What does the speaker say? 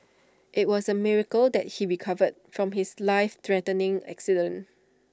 IT was A miracle that he recovered from his life threatening accident